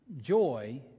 Joy